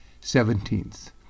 Seventeenth